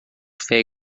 fer